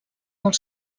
molt